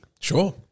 Sure